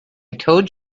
told